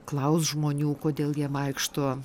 klaust žmonių kodėl jie vaikšto